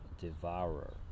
devourer